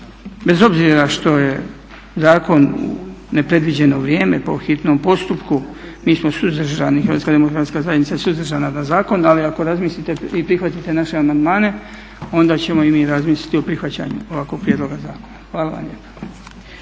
bez obzira što je zakon u nepredviđeno vrijeme po hitnom postupku, mi smo suzdržani HDZ je suzdržana na zakon, ali ako razmislite i vi prihvatite naše amandmane onda ćemo i mi razmisliti o prihvaćanju ovakvog prijedloga zakona. Hvala lijepa.